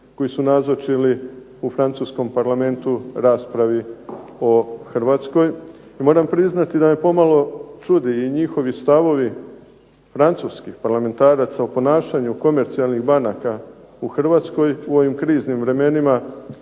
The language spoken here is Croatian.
koji su nazočili u francuskom parlamentu raspravi o Hrvatskoj i moram priznati da me pomalo čude njihovi stavovi. Francuski parlamentarac o ponašanju komercijalnih banaka u Hrvatskoj u ovim kriznim vremenima